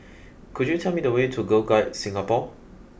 could you tell me the way to Girl Guides Singapore